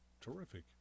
terrific